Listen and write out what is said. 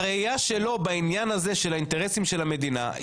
והראייה שלו בעניין הזה של האינטרסים של המדינה,